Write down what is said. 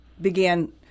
began